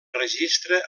registra